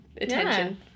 attention